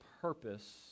purpose